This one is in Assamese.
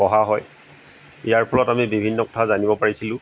পঢ়া হয় ইয়াৰ ফলত আমি বিভিন্ন কথা জানিব পাৰিছিলো